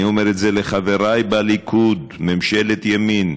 אני אומר את זה לחבריי בליכוד, ממשלת ימין,